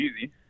easy